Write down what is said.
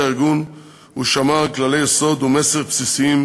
הארגון הוא שמר על כללי יסוד ומוסר בסיסיים